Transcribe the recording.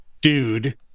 dude